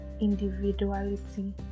individuality